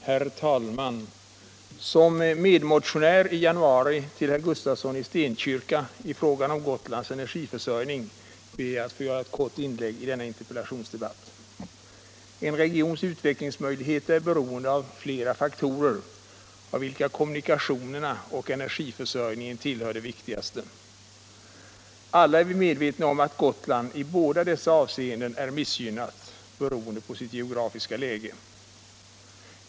Herr talman! Som medmotionär i januari till herr Gustafsson i Stenkyrka i frågan om Gotlands energiförsörjning ber jag att få göra ett kort inlägg i denna interpellationsdebatt. En regions utvecklingsmöjligheter är beroende av flera faktorer, av vilka kommunikationerna och energiförsörjningen tillhör de viktigaste. Alla är vi medvetna om att Gotland i båda dessa avseenden är missgynnat beroende på sitt geografiska läge.